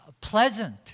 pleasant